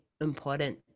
important